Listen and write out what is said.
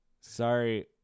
sorry